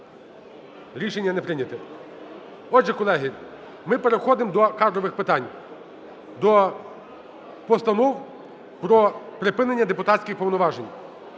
Рішення не прийнято. Отже, колеги, ми переходимо до кадрових питань. До постанов про припинення депутатських повноважень.